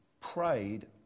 prayed